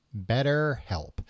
BetterHelp